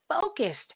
focused